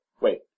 Wait